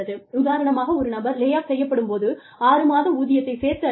உதாரணமாக ஒரு நபர் லே ஆஃப் செய்யப்படும் போது ஆறு மாத ஊதியத்தைச் சேர்த்து அளிக்கலாம்